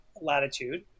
latitude